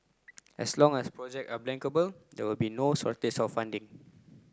as long as project are bankable there will be no shortage of funding